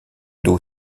d’eau